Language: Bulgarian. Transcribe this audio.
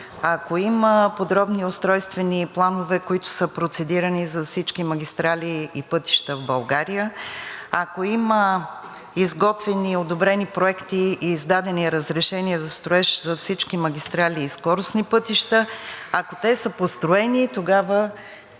ако има подробни устройствени планове, които са процедирани за всички магистрали и пътища в България, ако има изготвени и одобрени проекти и издадени разрешения за строеж за всички магистрали и скоростни пътища, ако те са построени, тогава